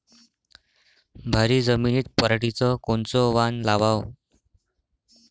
भारी जमिनीत पराटीचं कोनचं वान लावाव?